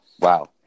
wow